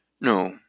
No